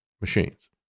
machines